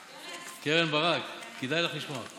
ברק, קרן ברק, כדאי לך לשמוע.